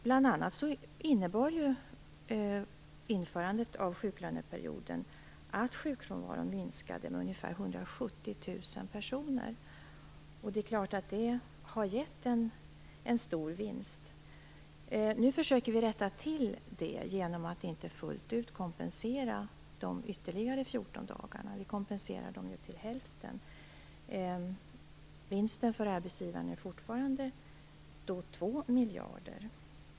Bl.a. innebar införandet av sjuklöneperioden att sjukfrånvaron minskade med ungefär 170 000 personer. Det har självfallet gett en stor vinst. Nu försöker vi rätta till det genom att inte fullt ut kompensera de ytterligare 14 dagarna. Vi kompenserar dem till hälften. Vinsten för arbetsgivaren är fortfarande 2 miljarder.